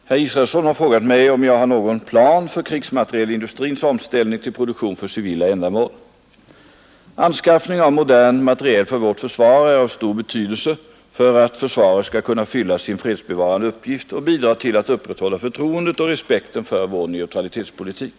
Herr talman! Herr Israelsson har frågat mig om jag har någon plan för krigsmaterielindustrins omställning till produktion för civila ändamål. Anskaffning av modernt materiel för vårt försvar är av stor betydelse för att försvaret skall kunna fylla sin fredsbevarande uppgift och bidra till att upprätthålla förtroendet och respekten för vår neutralitetspolitik.